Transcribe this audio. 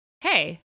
hey